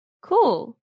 Cool